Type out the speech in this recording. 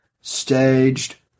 Staged